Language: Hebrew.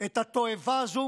את התועבה הזו